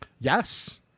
yes